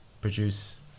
produce